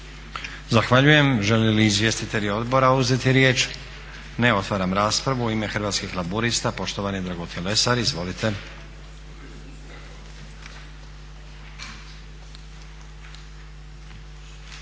Zahvaljujem. Žele li izvjestitelji odbora uzeti riječ? Ne. Otvaram raspravu. U ime Hrvatskih laburista poštovani Dragutin Leser. Izvolite.